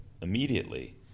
immediately